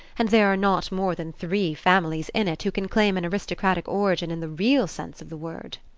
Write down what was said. and there are not more than three families in it who can claim an aristocratic origin in the real sense of the word.